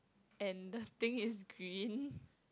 and the thing is green